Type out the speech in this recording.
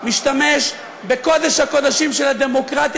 משתמש בקודש הקודשים של הדמוקרטיה,